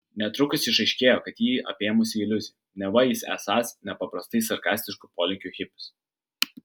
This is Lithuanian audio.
netrukus išaiškėjo kad jį apėmusi iliuzija neva jis esąs nepaprastai sarkastiškų polinkių hipis